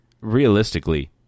realistically